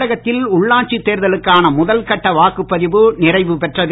தமிழகத்தில் உள்ளாட்சி தேர்தலுக்கான முதல் கட்ட வாக்குபதிவு நிறைவு பெற்றது